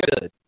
good